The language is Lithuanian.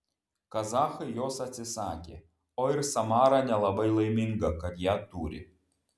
kazachai jos atsisakė o ir samara nelabai laiminga kad ją turi